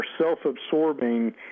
self-absorbing